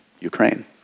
Ukraine